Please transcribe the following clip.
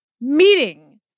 Meeting